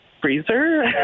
freezer